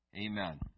Amen